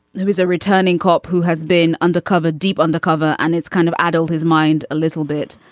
who is a returning cop who has been undercover deep undercover and it's kind of adult his mind a little bit.